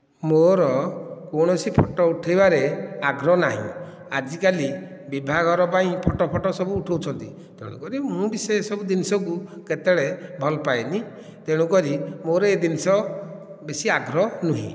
ମୋ'ର କୌଣସି ଫଟୋ ଉଠାଇବାରେ ଆଗ୍ରହ ନାହିଁ ଆଜିକାଲି ବିବାହଘର ପାଇଁ ଫଟୋ ଫଟ ସବୁ ଉଠାଉଛନ୍ତି ତେଣୁକରି ମୁଁ ବି ସେ ସବୁ ଜିନିଷକୁ କେତେବେଳେ ଭଲ ପାଏନାହିଁ ତେଣୁ କରି ମୋ'ର ଏ ଜିନିଷ ବେଶୀ ଆଗ୍ରହ ନୁହେଁ